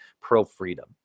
pro-freedom